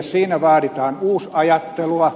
siinä vaaditaan uusajattelua